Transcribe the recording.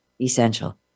Essential